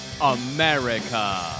America